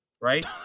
right